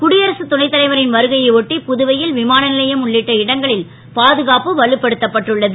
குடியரசு துணைத் தலைவரின் வருகையை ஒட்டி புதுவை ல் விமான லையம் உள்ளிட்ட இடங்களில் பாதுகாப்பு வலுப்படுத்தப்பட்டுள்ளது